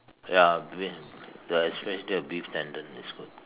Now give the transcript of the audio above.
ya beef especially the beef tendon is good